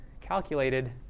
calculated